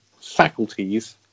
faculties